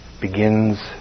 begins